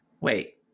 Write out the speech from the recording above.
Wait